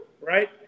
right